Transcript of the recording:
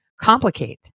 complicate